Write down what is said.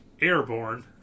Airborne